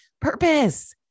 purpose